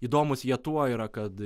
įdomūs jie tuo yra kad